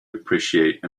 appreciate